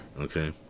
Okay